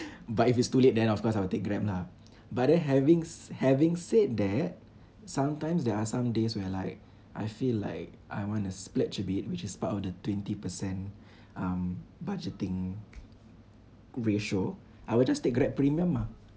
but if it's too late then of course I will take Grab lah but then having sa~ having said that sometimes there are some days where like I feel like I want to splurge a bit which is part of the twenty percent um budgeting ratio I will just take Grab premium ah